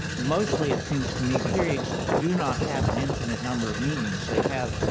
mostly, it seems to me, periods do not have an infinite number of meanings. they have